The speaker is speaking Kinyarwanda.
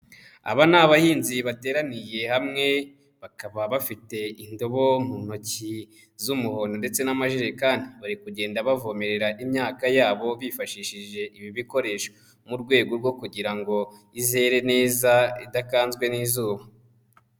Aba ni abahinzi bateraniye hamwe bakaba bafite indobo mu ntoki z'umuhondo ndetse n'amajerekani, bari kugenda bavomerera imyaka yabo bifashishije ibi bikoresho mu rwego rwo kugira ngo izere neza idakanzwe n'izuba.